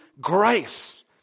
grace